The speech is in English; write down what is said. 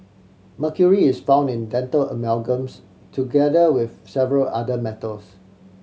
mercury is found in dental amalgams together with several other metals